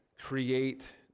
create